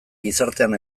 gizartean